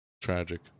Tragic